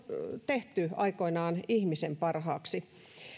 tehty aikoinaan ihmisen parhaaksi